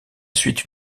suite